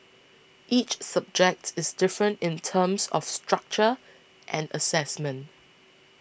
each subject is different in terms of structure and assessment